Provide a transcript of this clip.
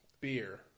beer